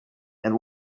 and